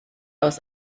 aus